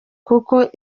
kuko